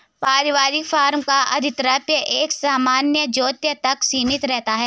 पारिवारिक फार्म का आधिपत्य एक सामान्य ज्योति तक सीमित रहता है